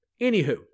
Anywho